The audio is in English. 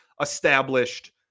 established